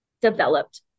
developed